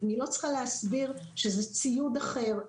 אני לא צריכה להסביר שזה ציוד אחר,